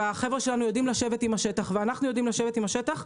והחבר'ה שלנו יודעים לשבת עם השטח ואנחנו יודעים לשבת עם השטח.